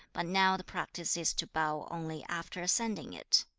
but now the practice is to bow only after ascending it.